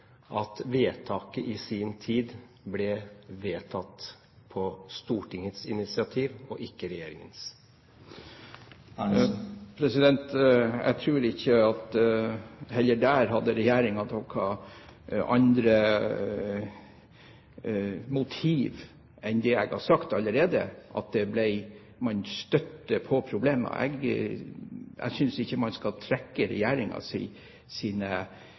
at vedtaket i sin tid ble vedtatt på Stortingets initiativ – og ikke regjeringens? Jeg tror heller ikke her at regjeringen hadde noen andre motiv enn det jeg har sagt allerede: Man støtte på problemer. Jeg synes ikke man skal trekke